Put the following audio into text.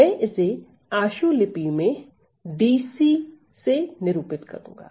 मैं इसे आशुलिपि में DC से निरूपित करूंगा